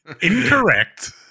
Incorrect